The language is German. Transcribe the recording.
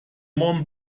mont